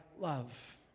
love